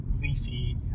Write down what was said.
leafy